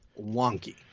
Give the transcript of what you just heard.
wonky